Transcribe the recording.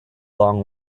long